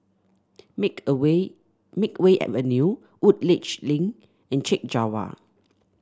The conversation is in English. make a way Makeway Avenue Woodleigh Link and Chek Jawa